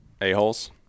a-holes